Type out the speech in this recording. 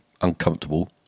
uncomfortable